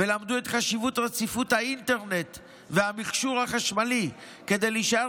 ולמדו את חשיבות רציפות האינטרנט והמכשור החשמלי כדי להישאר